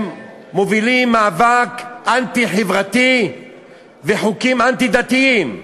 הם מובילים מאבק אנטי-חברתי וחוקים אנטי-דתיים.